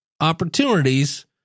opportunities